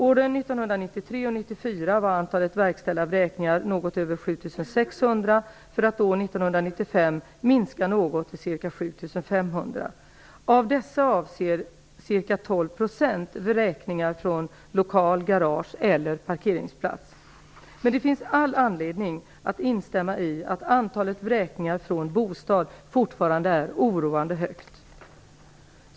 Åren 1993 och 1994 var antalet verkställda vräkningar något över 7 600 för att år 1995 minska något till ca 7 500. Av dessa avser ca 12 % vräkningar från lokal, garage eller parkeringsplats, men det finns all anledning att instämma i att antalet vräkningar från bostad fortfarande är oroande högt.